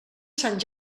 sant